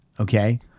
okay